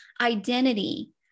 identity